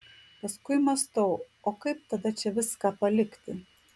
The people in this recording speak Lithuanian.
paskui mąstau o kaip tada čia viską palikti